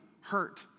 hurt